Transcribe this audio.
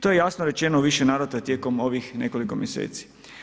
To je jasno rečeno u više navrata tijekom ovih nekoliko mjeseci.